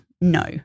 No